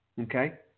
okay